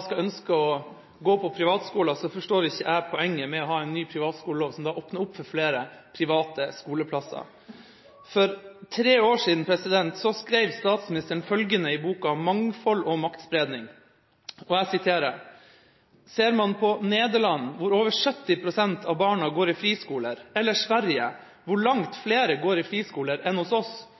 skal ønske å gå på privatskoler, så forstår ikke jeg poenget med å ha en ny privatskolelov som åpner opp for flere private skoleplasser. For tre år siden skrev statsministeren følgende i boka «Et samfunn med mangfold og maktspredning»: «Ser man på Nederland, hvor over 70 prosent av barna går i friskoler eller Sverige, hvor langt flere går i friskoler enn hos oss,